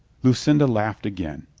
lucinda laughed again.